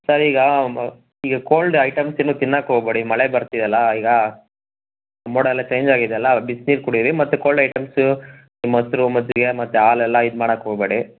sir ಈಗ ಈಗ cold items ಏನು ತಿನ್ನಕ್ ಹೋಗ್ಬೇಡಿ ಮಳೆ ಬರ್ತಿದೆಯಲ್ಲಾ ಈಗ ಮೋಡ ಎಲ್ಲಾ ಚೇಂಜ್ ಆಗಿದೆಯಲ್ಲಾ ಬಿಸ್ನೀರು ಕುಡೀರಿ ಮತ್ತು ಕೋಲ್ಡ್ ಐಟೆಮ್ಸ್ ಮೊಸರು ಮಜ್ಜಿಗೆ ಮತ್ತು ಹಾಲೆಲ್ಲಾ ಇದ್ಮಾಡಕ್ಕೆ ಹೋಗ್ಬೇಡಿ